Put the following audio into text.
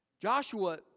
Joshua